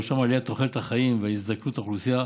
ובראשן עליית תוחלת החיים והזדקנות האוכלוסייה,